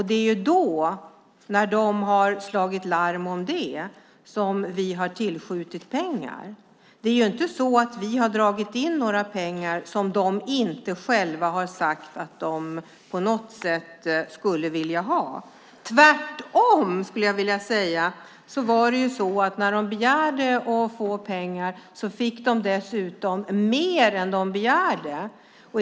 Det är när de har slagit larm om det som vi har tillskjutit pengar. Det är inte så att vi har dragit in några pengar som de själva har sagt att de skulle vilja ha. Tvärtom var det så att när de begärde att få pengar fick de dessutom mer än de begärde.